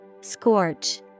Scorch